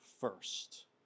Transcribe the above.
first